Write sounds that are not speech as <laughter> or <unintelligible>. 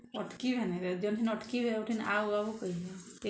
ଅଟକିବାନିରେ <unintelligible> ଅଟକିବେ <unintelligible> ଆଉ ଆଉ କହିବେ